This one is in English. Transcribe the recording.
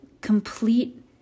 complete